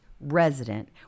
resident